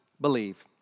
believe